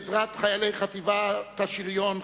בעזרת חיילי חטיבת השריון,